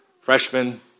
Freshman